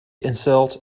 insult